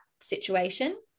situation